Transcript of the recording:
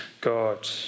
God